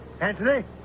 Anthony